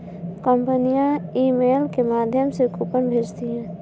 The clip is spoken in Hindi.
कंपनियां ईमेल के माध्यम से कूपन भेजती है